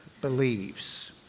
believes